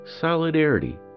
solidarity